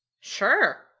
Sure